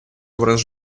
образ